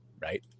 right